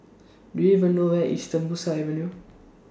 Do YOU know Where IS Tembusu Avenue